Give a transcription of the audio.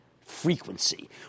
frequency